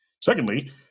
Secondly